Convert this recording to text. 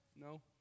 No